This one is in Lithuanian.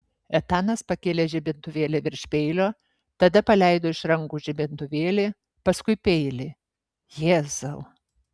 etanas pakėlė žibintuvėlį virš peilio tada paleido iš rankų žibintuvėlį paskui peilį jėzau